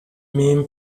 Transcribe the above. имеем